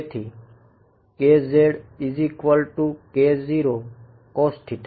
તેથી